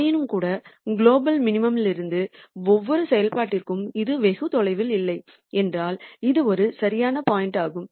ஆயினும்கூட குலோபல் மினிமம்லிருந்து ஒவ்வொரு செயல்பாட்டிற்கும் இது வெகு தொலைவில் இல்லை என்றால் இது ஒரு சரியான பாயிண்ட் யாகும்